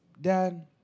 Dad